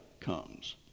comes